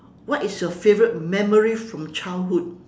what is your favourite memory from childhood